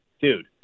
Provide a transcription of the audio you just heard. dude